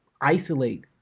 isolate